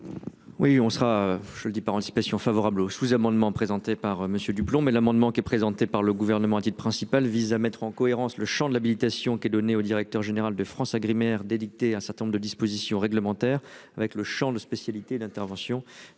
Oui on sera, je le dis par anticipation favorable au sous-amendement présenté par Monsieur du plomb, mais l'amendement qui est présenté par le gouvernement a-t-il principal vise à mettre en cohérence le Champ de l'habilitation qui est donné au directeur général de FranceAgriMer d'édicter un certain nombre de dispositions réglementaires avec le chant de spécialité, l'intervention